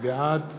בעד